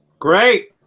Great